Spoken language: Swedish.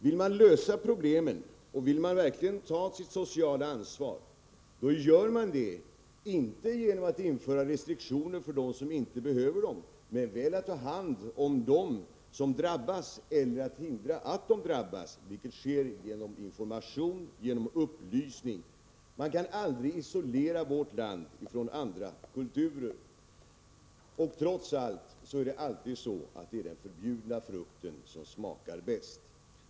Vill man lösa problemen, och vill man verkligen ta sitt sociala ansvar, gör man det inte genom att införa restriktioner för dem som inte behöver dem men väl genom att ta hand om dem som drabbas eller genom att hindra att någon drabbas. Detta sker genom information och upplysning. Man kan aldrig isolera vårt land från andra kulturer. Trots allt är det alltid den förbjudna frukten som smakar bäst.